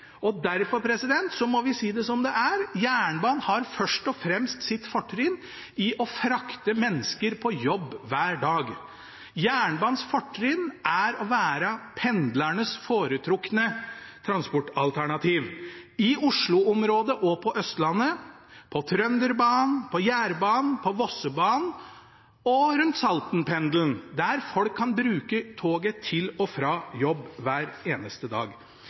og derfor må vi si det som det er: Jernbanen har først og fremst sitt fortrinn i å frakte mennesker til jobb hver dag. Jernbanens fortrinn er å være pendlernes foretrukne transportalternativ – i Oslo-området og på Østlandet, på Trønderbanen, på Jærbanen, på Vossebanen og rundt Saltenpendelen – der folk kan bruke toget til og fra jobb hver eneste dag.